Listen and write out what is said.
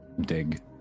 dig